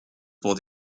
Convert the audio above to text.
pour